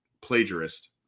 plagiarist